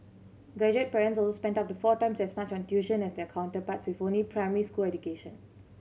graduate parents also spent up the four times as much on tuition as their counterparts with only primary school education